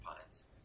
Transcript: Pines